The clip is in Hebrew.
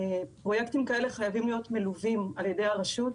פרויקטים כאלה חייבים להיות מלווים על ידי הרשות,